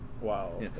Wow